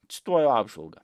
cituoju apžvalgą